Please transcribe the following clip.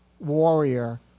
Warrior